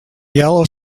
yellow